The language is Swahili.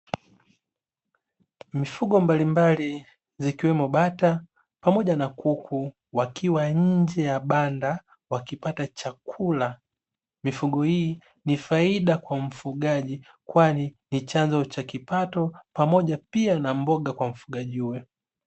Mifugo mbalimbali zikiwemo bata pamoja na kuku wakiwa nje ya banda wakipata chakula, mifugo hii ni faida kwa mfugaji kwani ni chanzo cha kipato pamoja pia na mboga kwa mfugaji huyo.